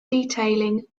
detailing